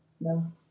no